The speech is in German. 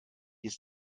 ist